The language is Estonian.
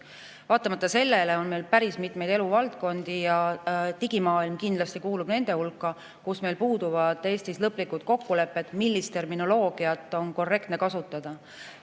Aga meil on päris mitmeid eluvaldkondi ja digimaailm kindlasti kuulub nende hulka, kus meil puuduvad Eestis lõplikud kokkulepped, millist terminoloogiat on korrektne kasutada.